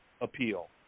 appeal